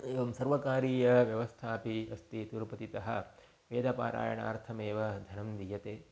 एवं सर्वकारीयव्यवस्था अपि अस्ति तिरुपतितः वेदपारायणार्थमेव धनं दीयते